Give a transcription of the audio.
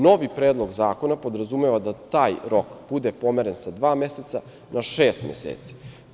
Novi predlog zakona podrazumeva da taj rok bude pomeren sa dva meseca na šest meseci.